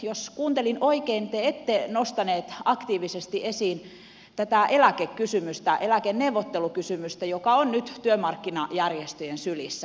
jos kuuntelin oikein te ette nostanut aktiivisesti esiin tätä eläkekysymystä eläkeneuvottelukysymystä joka on nyt työmarkkinajärjestöjen sylissä